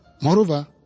Moreover